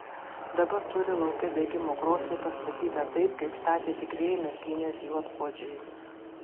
dabar turi lauke degimo krosnį pastatytą taip kaip statė tikrieji merkinės juodpuodžiai